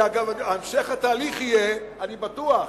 ואגב, המשך התהליך יהיה, אני בטוח: